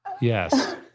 Yes